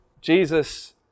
Jesus